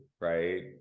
Right